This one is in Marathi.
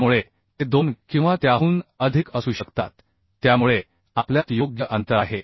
त्यामुळे ते दोन किंवा त्याहून अधिक असू शकतात त्यामुळे आपल्यात योग्य अंतर आहे